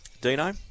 Dino